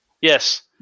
Yes